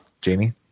Jamie